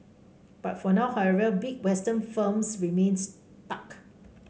but for now however big Western firms remain stuck